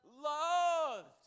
Loved